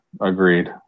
Agreed